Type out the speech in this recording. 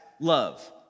love